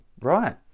right